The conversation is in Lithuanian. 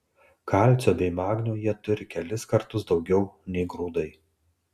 kalcio bei magnio jie turi kelis kartus daugiau nei grūdai